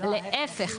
להיפך.